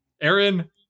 Aaron